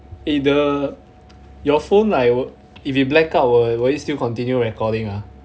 eh the your phone like if it blackout would would it still continue recording ah